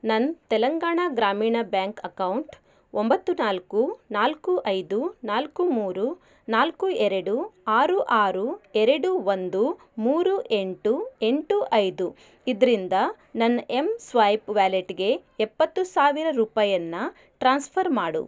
ನನ್ನ ತೆಲಂಗಾಣ ಗ್ರಾಮೀಣ bank account ಒಂಬತ್ತು ನಾಲ್ಕು ನಾಲ್ಕು ಐದು ನಾಲ್ಕು ಮೂರು ನಾಲ್ಕು ಎರಡು ಆರು ಆರು ಎರಡು ಒಂದು ಮೂರು ಎಂಟು ಎಂಟು ಐದು ಇದರಿಂದ ನನ್ನ ಎಮ್ ಸ್ವೈಪ್ ವ್ಯಾಲೆಟ್ಗೆ ಎಪ್ಪತ್ತು ಸಾವಿರ ರೂಪಾಯಿಯನ್ನು ಟ್ರಾನ್ಸ್ಫರ್ ಮಾಡು